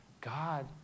God